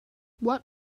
what